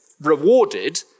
rewarded